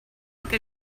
like